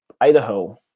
Idaho